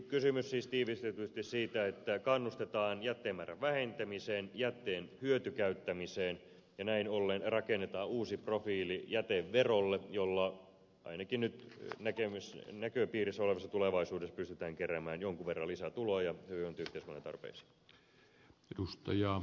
kysymys siis tiivistetysti on siitä että kannustetaan jätteen määrän vähentämiseen jätteen hyötykäyttämiseen ja näin ollen rakennetaan uusi profiili jäteverolle jolla ainakin nyt näköpiirissä olevassa tulevaisuudessa pystytään keräämään jonkin verran lisätuloja hyvinvointiyhteiskunnan tarpeisiin